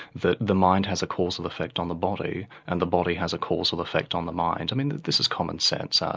the the mind has a causal effect on the body and the body has a causal effect on the mind. i mean this is commonsense. ah